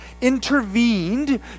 intervened